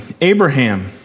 Abraham